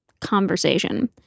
conversation